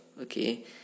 okay